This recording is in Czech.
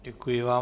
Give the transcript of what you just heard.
Děkuji vám.